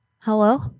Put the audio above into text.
Hello